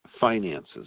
finances